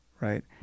right